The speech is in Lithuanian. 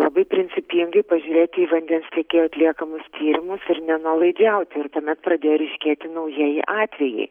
labai principingai pažiūrėti į vandens tiekėjų atliekamus tyrimus ir nenuolaidžiauti ir tuomet pradėjo ryškėti naujieji atvejai